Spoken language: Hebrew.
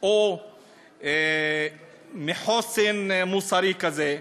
או מחוסן מוסרי כזה,